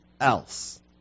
else